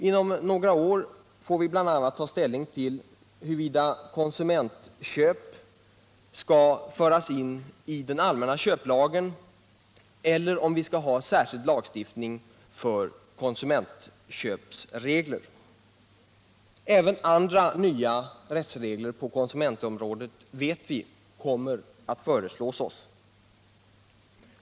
Inom några år får vi bl.a. ta ställning till huruvida regler om konsumentköp skall föras in i den allmänna köplagen eller om vi skall ha särskild lagstiftning för dem. Även andra nya rättsregler på konsumentområdet vet vi kommer att föreslås.